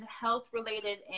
health-related